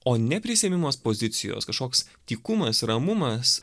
o neprisiėmimas pozicijos kažkoks tykumas ramumas